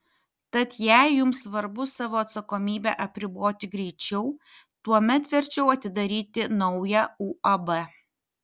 tad jei jums svarbu savo atsakomybę apriboti greičiau tuomet verčiau atidaryti naują uab